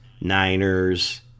Niners